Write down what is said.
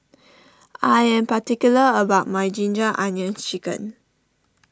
I am particular about my Ginger Onions Chicken